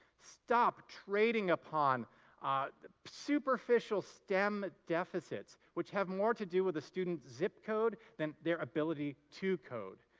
stop trading upon superficial stem deficits which have more to do with the student's zip code than their ability to code.